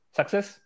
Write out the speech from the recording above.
success